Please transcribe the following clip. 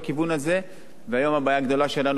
היום הבעיה הגדולה שלנו באמת זה בוואדי-חרמיה,